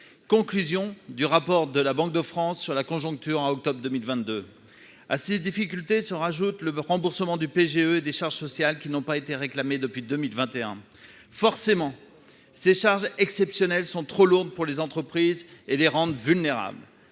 conclusion du rapport de la Banque de France sur la conjoncture en octobre 2022 à ces difficultés se rajoute le remboursement du PGE des charges sociales qui n'ont pas été réclamée depuis 2021 forcément ces charges exceptionnelles sont trop lourdes pour les entreprises et les rendent vulnérables